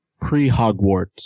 pre-Hogwarts